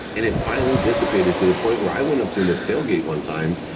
and it finally dissipated to the point where i went up to him at tailgate one time,